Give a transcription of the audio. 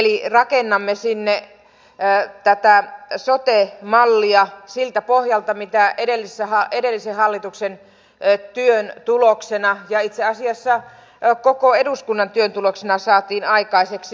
rakennamme sinne tätä sote mallia siltä pohjalta mitä edellisen hallituksen työn tuloksena ja itse asiassa koko eduskunnan työn tuloksena saatiin aikaiseksi